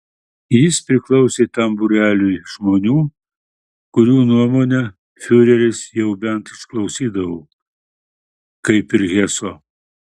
jis priklausė tam būreliui žmonių kurių nuomonę fiureris jau bent išklausydavo kaip ir heso